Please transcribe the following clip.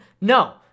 No